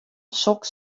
soks